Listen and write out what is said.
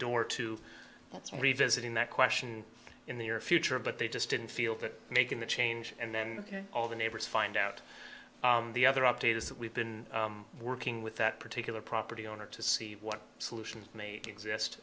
that's revisiting that question in the near future but they just didn't feel that making the change and then all the neighbors find out the other update is that we've been working with that particular property owner to see what solutions may exist